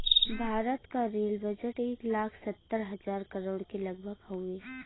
भारत क rail budget एक लाख सत्तर हज़ार करोड़ के लगभग हउवे